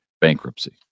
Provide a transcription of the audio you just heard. bankruptcy